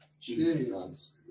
Jesus